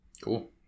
Cool